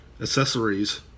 accessories